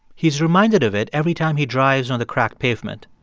he's reminded of it every time he drives on the cracked pavement.